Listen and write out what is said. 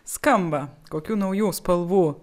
skamba kokių naujų spalvų